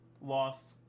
lost